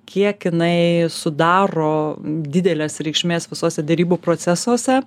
kiek jinai sudaro didelės reikšmės visuose derybų procesuose